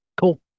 Cool